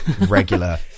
regular